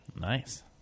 Nice